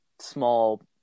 small